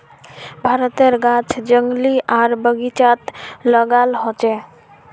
भारतेर गाछ जंगली आर बगिचात लगाल होचे